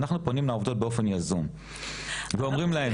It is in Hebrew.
אנחנו פונים לעובדות באופן ייזום ואומרים להן.